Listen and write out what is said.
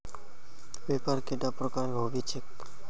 व्यापार कैडा प्रकारेर होबे चेक?